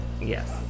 yes